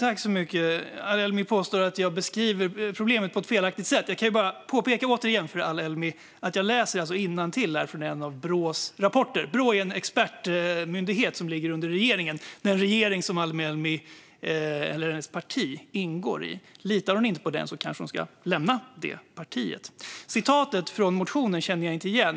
Fru talman! Ali-Elmi påstår att jag beskriver problemet på ett felaktigt sätt. Jag vill bara påpeka en gång till att jag alltså läser innantill ur en rapport från Brå. Brå är ju en expertmyndighet under regeringen, den regering som Ali-Elmis parti ingår i. Litar hon inte på den kanske hon ska lämna det partiet. Citatet ur motionen känner jag inte igen.